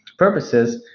purposes,